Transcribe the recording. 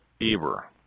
Eber